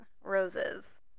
roses